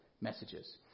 messages